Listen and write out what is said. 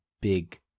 big